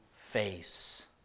face